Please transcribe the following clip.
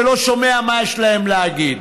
ולא שומע מה יש להם להגיד,